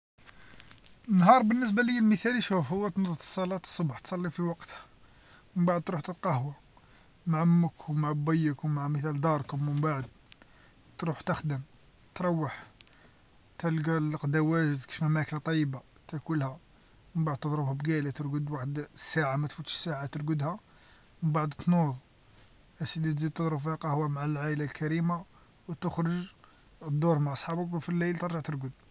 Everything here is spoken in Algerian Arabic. النهار بالنسبه ليا المثالي شوف هو تنوض لصلاة الصبح تصلي في وقتها، من بعد تروح تتقهوى، مع مك ومع بويك ومع مثال داركم ومن بعد، تروح تخدم، تروح، تلقى الغذا واجد كشما ماكل طيبه تاكلها، من بعد تضربها بقايله ترقد بواحد الساعه ما تفوتش ساعه ترقدها، من بعد تنوض ا سيدي تزيد تضرب فيها قهوه مع العايله الكريمه، وتخرج تدور مع صحابك وفي الليل ترجع ترقد.